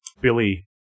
Billy